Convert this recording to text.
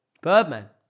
Birdman